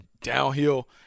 downhill